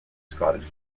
scottish